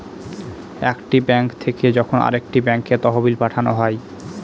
একটি ব্যাঙ্ক থেকে যখন আরেকটি ব্যাঙ্কে তহবিল পাঠানো হয়